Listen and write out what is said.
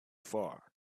far